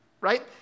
right